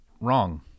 wrong